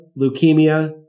leukemia